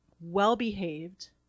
well-behaved